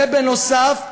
ובנוסף,